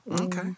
Okay